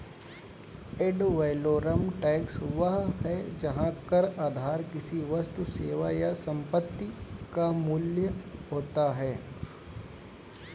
add valorem tax वह है जहां कर आधार किसी वस्तु, सेवा या संपत्ति का मूल्य होता है